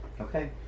Okay